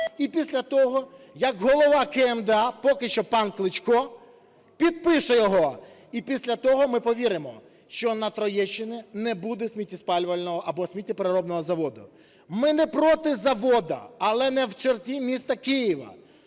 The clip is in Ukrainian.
і після того, як голова КМДА, поки що пан Кличко, підпише його, і після того ми повіримо, що на Троєщині не буде сміттєспалювального або сміттєпереробного заводу. Ми не проти заводу, але не в черті міста Києва